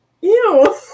ew